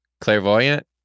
clairvoyant